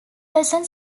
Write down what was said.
person